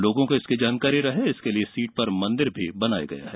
लोगों को इसकी जानकारी रहे इसके लिए सीट पर मंदिर भी बनाया है